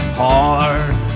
hard